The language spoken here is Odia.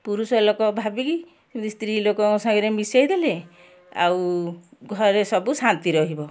ପୁରୁଷ ଲୋକ ଭାବିକି ସ୍ତ୍ରୀଲୋକଙ୍କ ସାଙ୍ଗରେ ମିଶାଇଦେଲେ ଆଉ ଘରେ ସବୁ ଶାନ୍ତି ରହିବ